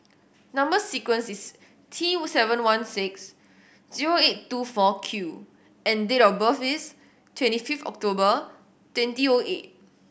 number sequence is T seven one six zero eight two four Q and date of birth is twenty fifth October twenty O eight